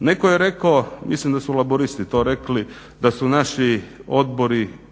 Netko je rekao, mislim da su Laburisti to rekli da su naši odbori